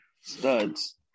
Studs